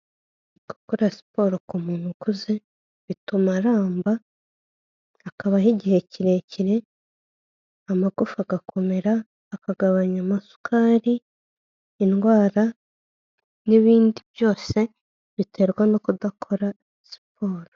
Gukora siporo ku muntu ukuze bituma aramba, akabaho igihe kirekire, amagufa agakomera, akagabanya amasukari, indwara n'ibindi byose biterwa no kudakora siporo.